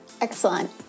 Excellent